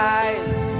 eyes